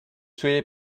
soyez